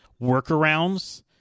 workarounds